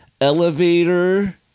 elevator